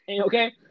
Okay